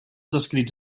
descrits